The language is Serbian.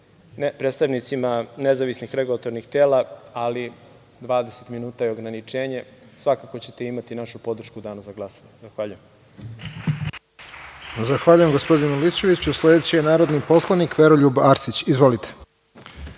predstavnicima nezavisnih regulatornih tela, ali 20 minuta je ograničenje. Svakako ćete imati našu podršku u danu za glasanje. Zahvaljujem. **Vladimir Orlić** Zahvaljujem, gospodine Milićeviću. Sledeći je narodni poslanik Veroljub Arsić. Izvolite.